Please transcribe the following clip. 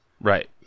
Right